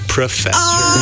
Professor